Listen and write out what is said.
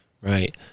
right